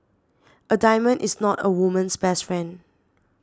a diamond is not a woman's best friend